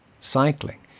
cycling